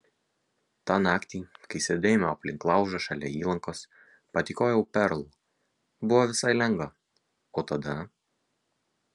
tą naktį kai sėdėjome aplink laužą šalia įlankos patykojau perl buvo visai lengva o tada